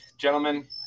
gentlemen